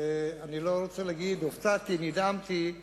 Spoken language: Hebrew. הופתעתי ונדהמתי,